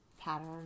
pattern